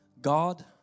God